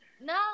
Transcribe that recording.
No